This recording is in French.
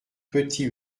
petit